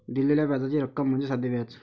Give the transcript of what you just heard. दिलेल्या व्याजाची रक्कम म्हणजे साधे व्याज